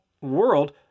world